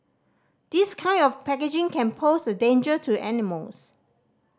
this kind of packaging can pose a danger to animals